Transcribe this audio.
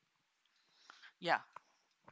ya